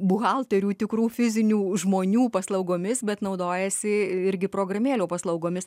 buhalterių tikrų fizinių žmonių paslaugomis bet naudojasi irgi programėlių paslaugomis